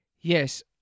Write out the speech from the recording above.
Yes